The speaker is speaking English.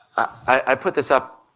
i put this up,